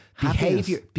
behavior